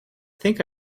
think